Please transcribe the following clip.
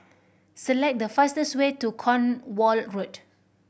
select the fastest way to Cornwall Road